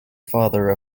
father